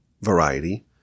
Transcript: variety